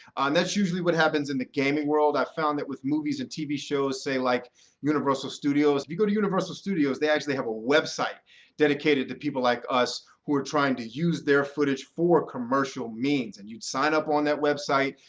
and that's usually what happens in the gaming world. i've found that with movies and tv shows, say like universal studios if you go to universal studios, they actually have a website dedicated to people like us who are trying to use their footage for commercial means. and you'd sign up on that website.